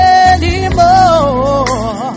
anymore